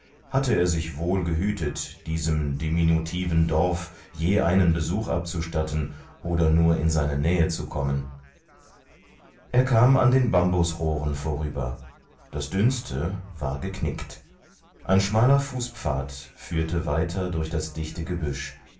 hatte er sich wohl gehütet diesem diminutiven dorf je einen besuch abzustatten oder nur in seine nähe zu kommen er kam an den bambusrohren vorüber das dünnste war geknickt ein schmaler fußpfad führte weiter durch das dichte gebüsch